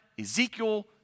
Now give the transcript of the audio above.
Ezekiel